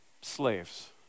slaves